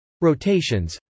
Rotations